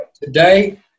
today